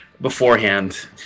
beforehand